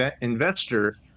investor